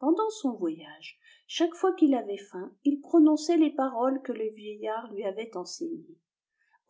pendant son voyage chaque fois qu'il avait faim il prononçait les paroles que le vieillard lui avait enseignées